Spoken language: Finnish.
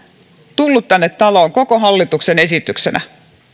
tullut tänne taloon koko hallituksen esityksenä